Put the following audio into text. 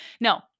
No